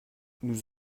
nous